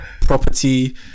property